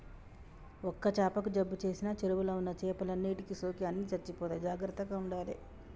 ఒక్క చాపకు జబ్బు చేసిన చెరువుల ఉన్న చేపలన్నిటికి సోకి అన్ని చచ్చిపోతాయి జాగ్రత్తగ ఉండాలే